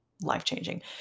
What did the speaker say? life-changing